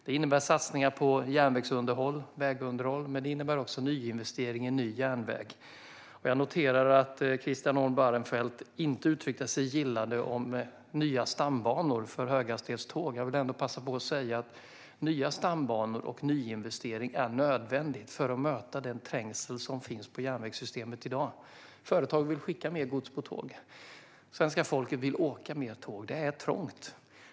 Det innebär satsningar på järnvägsunderhåll och vägunderhåll. Men det innebär också investering i ny järnväg. Jag noterade att Christian Holm Barenfeld inte uttryckte sig gillande om nya stambanor för höghastighetståg. Jag vill ändå passa på att säga att nya stambanor och nyinvestering är nödvändigt för att möta den trängsel som finns i järnvägssystemet i dag. Företag vill skicka mer gods på tåg. Svenska folket vill åka mer tåg. Det är trångt.